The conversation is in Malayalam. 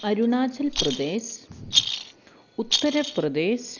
അരുണാചൽ പ്രദേശ് ഉത്തർ പ്രദേശ്